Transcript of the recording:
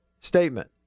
Statement